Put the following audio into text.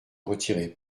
retirez